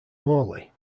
morley